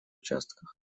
участках